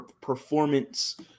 performance